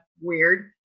weird